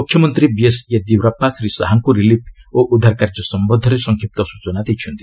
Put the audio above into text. ମୁଖ୍ୟମନ୍ତ୍ରୀ ବିଏସ୍ ୟେଦିୟୁରାସ୍କା ଶ୍ରୀ ଶାହାଙ୍କୁ ରିଲିଫ ଓ ଉଦ୍ଧାରକାର୍ଯ୍ୟ ସମ୍ଭନ୍ଧରେ ସଂକ୍ଷିପ୍ତ ସୂଚନା ଦେଇଛନ୍ତି